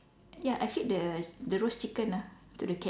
ya I feed the the roast chicken ah to the cat